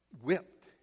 whipped